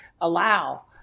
allow